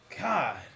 God